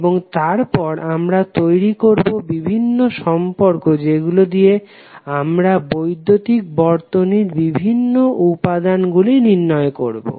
এবং তারপর আমরা তৈরি করবো বিভিন্ন সম্পর্ক যেগুলো দিয়ে আমরা বৈদ্যুতিক বর্তনীর বিভিন্ন উপাদান গুলি নির্ণয় করবো